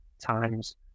times